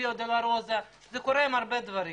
דרך ייסורים וזה קורה עם הרבה דברים.